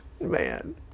Man